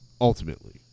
Ultimately